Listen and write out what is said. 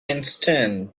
instant